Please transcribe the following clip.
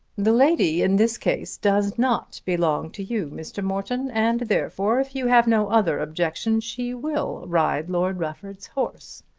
the lady in this case does not belong to you, mr. morton, and therefore, if you have no other objection, she will ride lord rufford's horse.